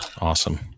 Awesome